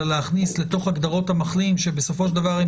ולהכניס לתוך הגדרות המחלים - שבסופו של דבר זאת